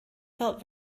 felt